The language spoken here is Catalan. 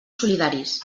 solidaris